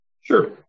sure